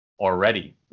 Already